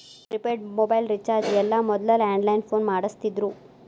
prepaid mobile recharge ಎಲ್ಲ ಮೊದ್ಲ landline phone ಮಾಡಸ್ತಿದ್ರು